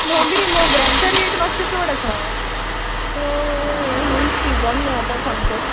मोगरीं मोगऱ्यांचो रेट मातसो चड आसा आं हें नी सिझन नी आतां सामको